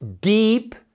deep